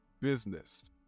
business